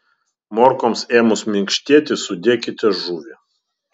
morkoms ėmus minkštėti sudėkite žuvį